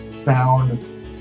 sound